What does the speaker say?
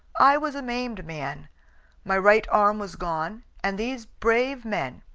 i was a maimed man my right arm was gone and these brave men,